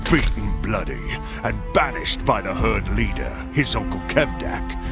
beaten bloody and banished by the herd leader, his uncle kevdak,